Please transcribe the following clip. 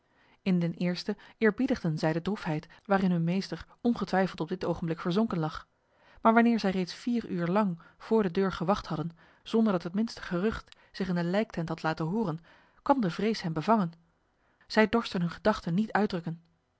in den eerste eerbiedigden zij de droefheid waarin hun meester ongetwijfeld op dit ogenblik verzonken lag maar wanneer zij reeds vier uur lang voor de deur gewacht hadden zonder dat het minste gerucht zich in de lijktent had laten horen kwam de vrees hen bevangen zij dorsten hun gedachten niet uitdrukken